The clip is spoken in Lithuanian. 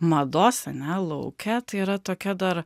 mados ane lauke tai yra tokia dar